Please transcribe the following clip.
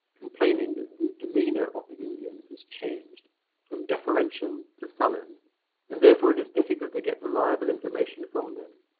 complaining that the demeanour of the indians has changed from deferential to sullen and therefore it is difficult to get reliable information from them.